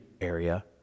area